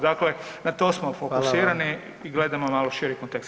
Dakle na to smo fokusirani [[Upadica: Hvala vam.]] i gledamo malo širi kontekst.